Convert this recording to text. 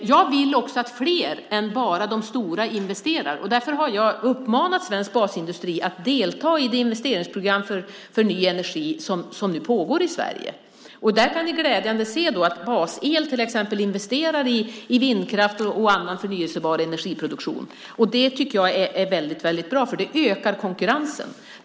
Jag vill också att fler än bara de stora investerar. Därför har jag uppmanat svensk basindustri att delta i det investeringsprogram för ny energi som nu pågår i Sverige. Där kan vi glädjande se att basindustri investerar i till exempel vindkraft och annan förnybar energiproduktion. Det tycker jag är bra, för det ökar konkurrensen.